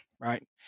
right